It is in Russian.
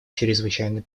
чрезвычайной